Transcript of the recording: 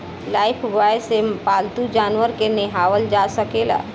Lifebuoy से पाल्तू जानवर के नेहावल जा सकेला